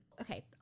Okay